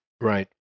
Right